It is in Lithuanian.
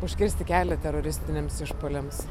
užkirsti kelią teroristiniams išpuoliams